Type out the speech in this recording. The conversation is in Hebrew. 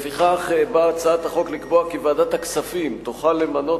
לפיכך באה הצעת החוק לקבוע כי ועדת הכספים תוכל למנות